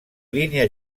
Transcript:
línia